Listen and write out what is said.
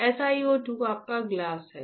SiO 2 आपका गिलास है